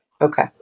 Okay